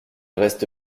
reste